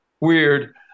weird